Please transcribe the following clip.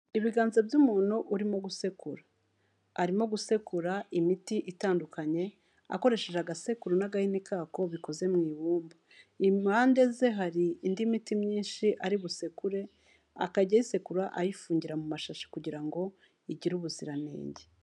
Ibiganza by'umuntu urimo gusekura, arimo gusekura imiti itandukanye akoresheje agasekuru n'agahini kako bikoze mu ibumba. Impande ze hari indi miti myinshi ari busekure akajya ayisekura ayifungira mu mashashi kugira ngo igire ubuziranenge.